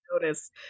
notice